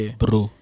bro